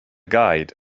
guide